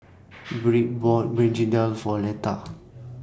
Briley bought Begedil For Letha